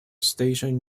station